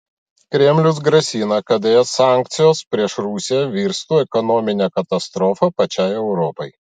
kremlius grasina kad es sankcijos prieš rusiją virstų ekonomine katastrofa pačiai europai